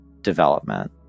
development